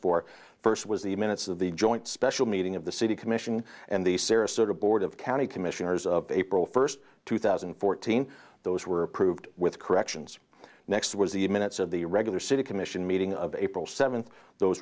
was the minutes of the joint special meeting of the city commission and the sarasota board of county commissioners of april first two thousand and fourteen those were approved with corrections next was the minutes of the regular city commission meeting of april seventh those